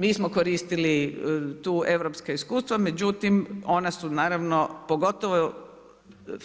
Mi smo koristili tu europska iskustva, međutim, ona su naravno, pogotovo